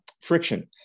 friction